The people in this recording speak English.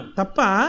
tapa